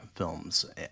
films